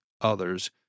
others